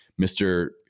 Mr